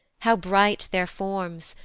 how bright their forms!